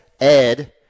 Ed